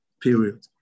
Period